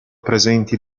presenti